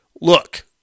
look